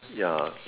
ya